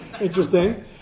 interesting